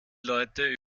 leute